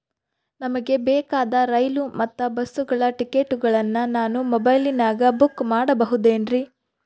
ನಮಗೆ ಬೇಕಾದ ರೈಲು ಮತ್ತ ಬಸ್ಸುಗಳ ಟಿಕೆಟುಗಳನ್ನ ನಾನು ಮೊಬೈಲಿನಾಗ ಬುಕ್ ಮಾಡಬಹುದೇನ್ರಿ?